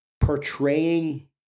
portraying